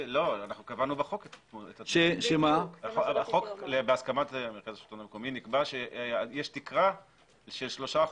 בחוק בהסכמת השלטון המקומי נקבע שיש תקרה של 3%,